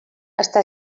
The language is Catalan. està